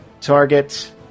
Target